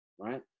right